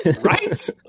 Right